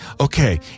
okay